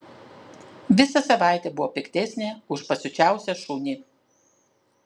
visą savaitę buvo piktesnė už pasiučiausią šunį